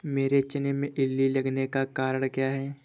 मेरे चने में इल्ली लगने का कारण क्या है?